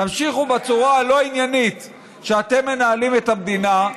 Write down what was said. תמשיכו בצורה הלא-עניינית שאתם מנהלים את המדינה.